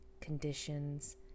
conditions